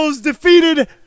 defeated